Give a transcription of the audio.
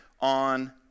on